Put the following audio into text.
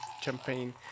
champagne